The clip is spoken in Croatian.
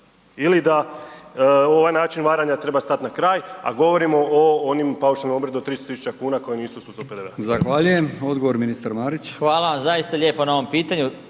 ili da ovaj način varanja treba stati na kraj, a govorimo o onim paušalnim obrtima do 300.000 kuna koji nisu